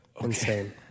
insane